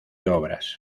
obras